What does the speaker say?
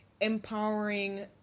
empowering